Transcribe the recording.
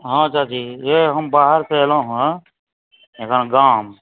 हॅं झाजी हम बाहर से अयलहुँ हैं एखन गाम